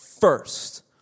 first